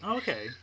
okay